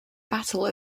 battle